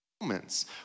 moments